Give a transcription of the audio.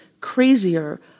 crazier